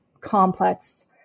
complex